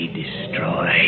destroy